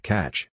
Catch